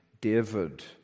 David